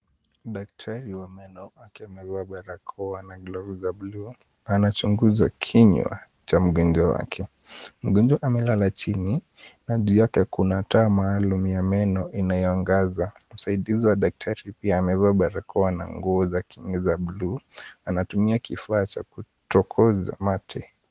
Daktari wa meno akiwa amevaa barakoa na glavu za buluu anachunguza kinywa cha mgonjwa wake. Mgonjwa amelala chini na juu yake kuna taa maalum ya meno inayoangaza. Msaidizi wa daktari pia amevaa barakoa na nguo za kinga za buluu anatumia kifaa cha kutokoza mate.